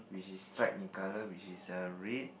which is streak in color which is err red